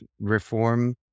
reform